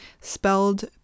Spelled